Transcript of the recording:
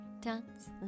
dance